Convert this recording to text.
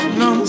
no